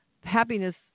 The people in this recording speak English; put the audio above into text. happiness